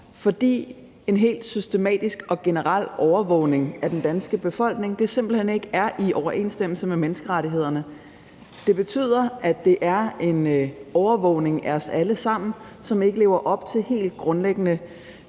fordi en helt systematisk og generel overvågning af den danske befolkning simpelt hen ikke er i overensstemmelse med menneskerettighederne. Det betyder, at det er en overvågning af os alle sammen, som ikke lever op til helt grundlæggende